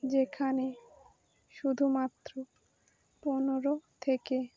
যেখানে শুধুমাত্র পনেরো থেকে